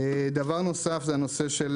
דבר נוסף זה הנושא של